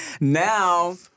Now